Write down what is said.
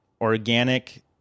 organic